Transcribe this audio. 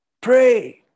Pray